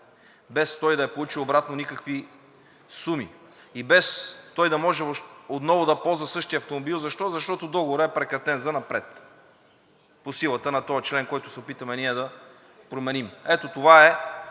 без той да е получил обратно никакви суми и без той да може отново да ползва същия автомобил. Защо? Защото договорът е прекратен занапред по силата на този член, който се опитваме ние да променим. Ето това е